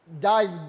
dive